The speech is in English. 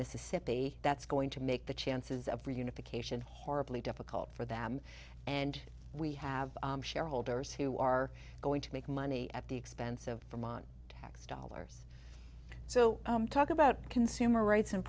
mississippi that's going to make the chances of reunification horribly difficult for them and we have shareholders who are going to make money at the expense of vermont tax dollars so talk about consumer rights and